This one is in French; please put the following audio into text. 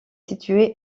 situé